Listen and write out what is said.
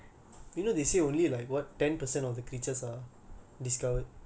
they are so disgusting and they live underwater